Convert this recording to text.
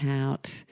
out